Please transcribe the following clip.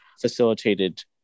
facilitated